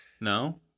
No